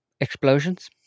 Explosions